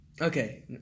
Okay